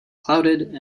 clouded